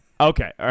Okay